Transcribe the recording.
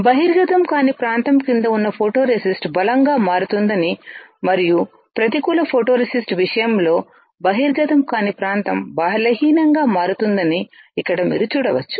బహిర్గతం కాని ప్రాంతం క్రింద ఉన్న ఫోటోరేసిస్ట్ బలంగా మారుతుందని మరియు ప్రతికూల ఫోటోరేసిస్ట్ విషయంలో బహిర్గతం కాని ప్రాంతం బలహీనంగా మారుతుందని ఇక్కడ మీరు చూడవచ్చు